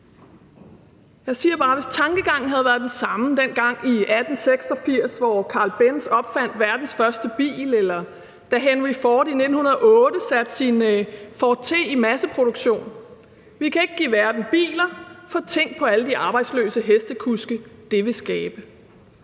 Jeg siger bare: Tænk, hvis tankegangen havde været den samme dengang i 1886, hvor Carl Benz opfandt verdens første bil, eller da Henry Ford i 1908 satte sin Ford T i masseproduktion; vi kan ikke give verden biler, for tænk på alle de arbejdsløse hestekuske, som det vil skabe.